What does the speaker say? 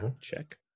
Check